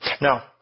Now